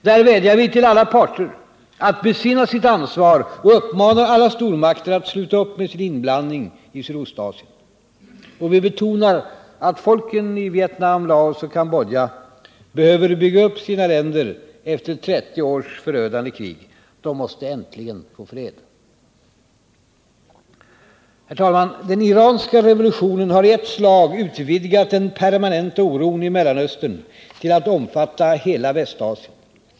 Där vädjar vi till alla parter att besinna sitt ansvar och uppmanar alla stormakter att sluta upp med sin inblandning i Sydostasien. Och vi betonar att folken i Vietnam, Laos och Cambodja behöver bygga upp sina länder efter 30 års förödande krig. De måste äntligen få fred. Herr talman! Den iranska revolutionen har i ett slag utvidgat den permanenta oron i Mellanöstern till att omfatta hela Västasien.